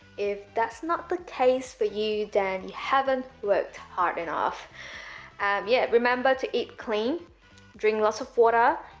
if that's not the case for you, then you haven't worked hard enough yeah, remember to eat clean drink lots of water,